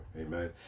Amen